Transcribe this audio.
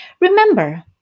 Remember